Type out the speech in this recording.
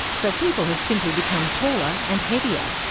so people have simply become taller and heavier.